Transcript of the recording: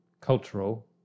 cultural